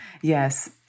Yes